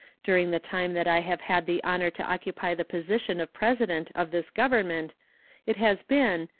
during the time that i have had the honor to occupy the position of president of this government it has been,